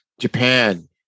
Japan